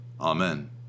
amen